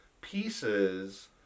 pieces